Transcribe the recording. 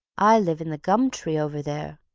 i live in the gum tree over there.